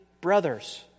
brothers